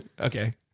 Okay